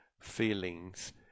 feelings